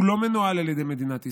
הוא לא מנוהל על ידי מדינת ישראל.